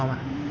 很少